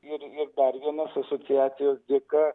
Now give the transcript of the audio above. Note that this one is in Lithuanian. ir ir dar vienas asociacijos dėka